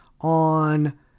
on